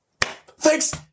Thanks